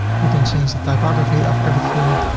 we can change the topography of everything.